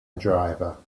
driver